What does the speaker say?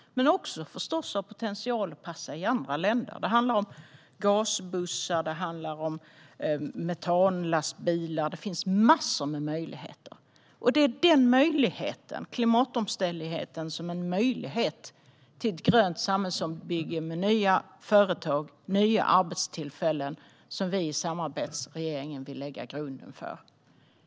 Men det handlar förstås också om att ha potential att passa i andra länder. Det handlar om gasbussar och metanlastbilar, och det finns massor av andra möjligheter. Det är denna möjlighet - klimatomställningen som en möjlighet till ett grönt samhällsbygge med nya företag och nya arbetstillfällen - som vi i samarbetsregeringen vill lägga grunden för.